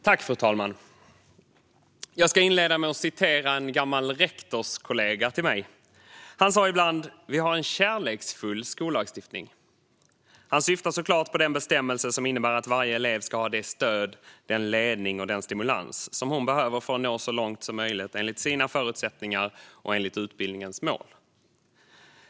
Fru talman! Jag ska inleda med att citera en gammal rektorskollega till mig. Han sa ibland: "Vi har en kärleksfull skollagstiftning." Han syftade såklart på den bestämmelse som innebär att varje elev ska ha det stöd, den ledning och den stimulans som hon behöver för att nå så långt som möjligt enligt sina förutsättningar och utbildningens mål.